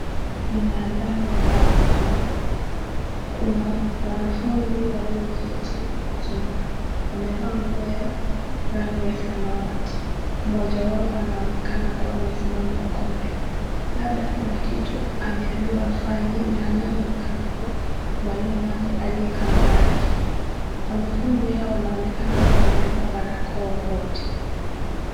Ni mandhari ya darasani, kuna wanafunzi walioketi chini wamevaa nguo ya rangi ya samawati mmoja wao anaonekana kuwa amesimama huko mbele labda kuna kitu ameambiwa afanye na anayeonekana kuwa mwalimu wake aliye kando yake, wanafunzi hawa wanaonekana wamevaa barakoa wote.